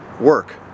work